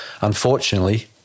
Unfortunately